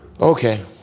Okay